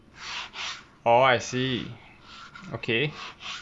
orh I see okay